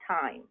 time